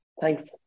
Thanks